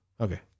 Okay